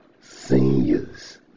seniors